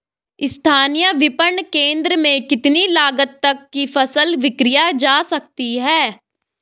स्थानीय विपणन केंद्र में कितनी लागत तक कि फसल विक्रय जा सकती है?